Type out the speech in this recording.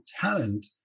talent